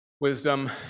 Wisdom